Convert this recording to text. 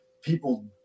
people